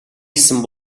гэсэн